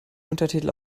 untertitel